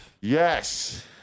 Yes